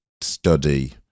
study